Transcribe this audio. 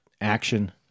action